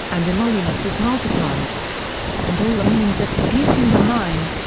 and emoluments is multiplied and all the means of seducing the minds,